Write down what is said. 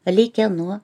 likę nuo